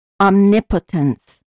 Omnipotence